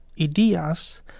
ideas